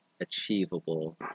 achievable